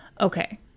Okay